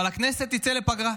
אבל הכנסת תצא לפגרה,